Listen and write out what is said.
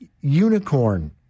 unicorn